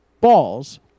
balls